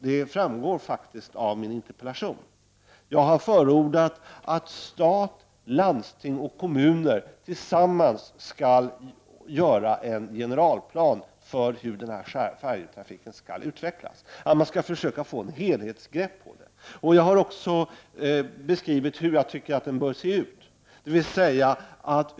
Det framgår faktiskt av min interpellation. Jag har förordat att stat, landsting och kommuner tillsammans skall utforma en generalplan för hur färjetrafiken skall utvecklas. Man skall försöka få ett helhetsgrepp. Jag har också beskrivit hur jag tycker att denna plan bör se ut.